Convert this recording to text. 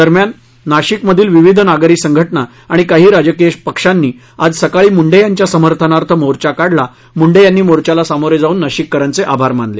दरम्यान नाशिक मधील विविध नागरी संघटना आणि काही राजकीय पक्षांनी आज सकाळी मुंढे यांच्या समर्थनार्थ मोर्चा काढला मुंढे यांनी मोर्चाला सामोरे जाऊन नाशिककरांचे आभार मानले